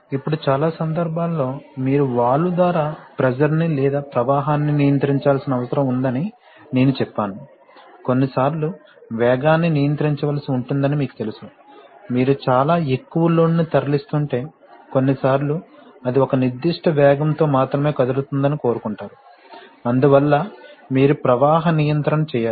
ఇప్పుడు చాలా సందర్భాల్లో మీరు వాల్వ్ ద్వారా ప్రెషర్ ని లేదా ప్రవాహాన్ని నియంత్రించాల్సిన అవసరం ఉందని నేను చెప్పాను కొన్నిసార్లు వేగాన్ని నియంత్రించవలసి ఉంటుందని మీకు తెలుసు మీరు చాలా ఎక్కువ లోడ్ ని తరలిస్తుంటే కొన్నిసార్లు అది ఒక నిర్దిష్ట వేగం తో మాత్రమే కదులుతుందని కోరుకుంటారు అందువల్ల మీరు ప్రవాహ నియంత్రణ చేయాలి